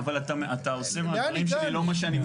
אבל אתה עושה מהדברים שלי לא מה שאני מסביר.